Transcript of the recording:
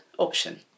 option